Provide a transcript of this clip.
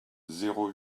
zéro